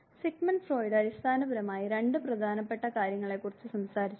Sigmund Freud അടിസ്ഥാനപരമായി രണ്ട് പ്രധാനപ്പെട്ട കാര്യങ്ങളെക്കുറിച്ച് സംസാരിച്ചു